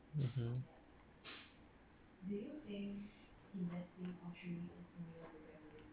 (m mhmm)